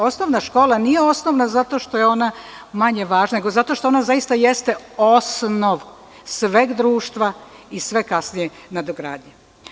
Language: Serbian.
Osnovna škola nije osnovna zato što je ona manje važna, nego zato što ona zaista jeste osnov sveg društva i sveg kasnije nadogradnje.